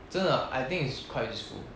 真的 I think it's quite useful